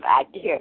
idea